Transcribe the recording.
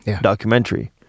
documentary